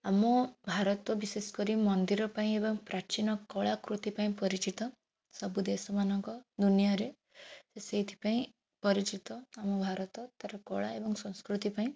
ଆମ ଭାରତ ବିଶେଷ କରି ମନ୍ଦିର ପାଇଁ ଏବଂ ପ୍ରାଚୀନ କଳାକୃତି ପାଇଁ ପରିଚିତ ସବୁ ଦେଶମାନଙ୍କ ଦୁନିଆରେ ସେଇଥିପାଇଁ ପରିଚିତ ଆମ ଭାରତ ତାର କଳା ଏବଂ ସଂସ୍କୃତି ପାଇଁ